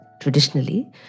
Traditionally